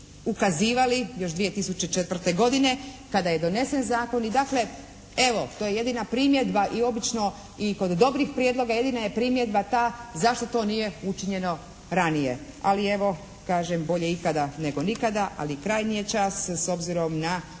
ukazivali još 2004. godine kada je donesen zakon i dakle, evo to je jedina primjedba. I obično i kod dobrih prijedloga. Jedina je primjedba ta zašto to nije učinjeno ranije. Ali evo bolje, kažem, bolje ikada nego nikada. Ali krajnji je čas, s obzirom na